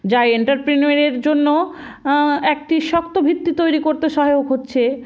যা অঁতেপ্রনিয়রের জন্য একটি শক্ত ভিত্তি তৈরি করতে সহায়ক হচ্ছে